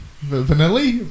Vanilla